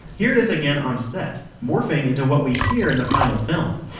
here it is again on set, morphing into what we hear in the final film